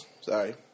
Sorry